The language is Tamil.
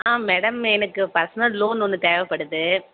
ஆ மேடம் எனக்கு பர்ஸ்னல் லோன் ஒன்று தேவைப்படுது